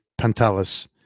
Pantelis